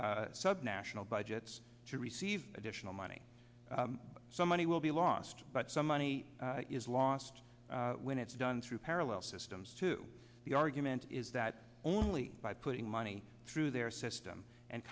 n subnational budgets to receive additional money so money will be lost but some money is lost when it's done through parallel systems to the argument is that only by putting money through their system and